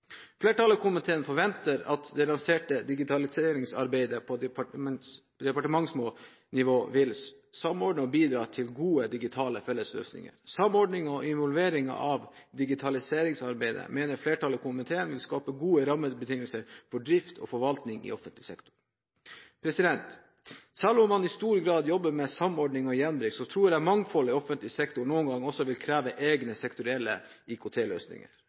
Flertallet i komiteen forventer at det lanserte samordnede digitaliseringsarbeidet på departementsnivå vil bidra til gode digitale fellesløsninger. Flertallet i komiteen mener at samordningen og involveringen av digitaliseringsarbeidet vil skape gode rammebetingelser for driften og forvaltningen av offentlig sektor. Selv om man i stor grad jobber med samordning og gjenbruk, tror jeg mangfoldet i offentlig sektor noen ganger også vil kreve egne, sektorielle